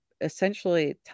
essentially